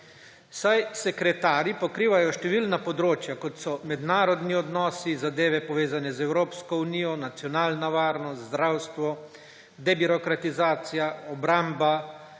saj sekretarji pokrivajo številna področja, kot so mednarodni odnosi, zadeve, povezane z Evropsko unijo, nacionalna varnost, zdravstvo, debirokratizacija, obramba,